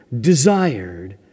desired